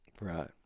Right